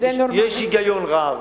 יש היגיון רב